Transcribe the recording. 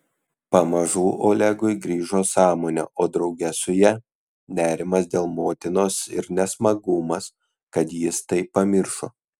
pamažu olegui grįžo sąmonė o drauge su ja nerimas dėl motinos ir nesmagumas kad jis tai pamiršo